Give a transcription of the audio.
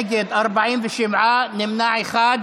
נגד, 47, נמנע אחד.